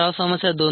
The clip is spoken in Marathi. सराव समस्या 2